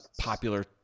popular